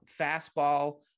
fastball